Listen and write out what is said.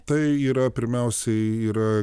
tai yra pirmiausiai yra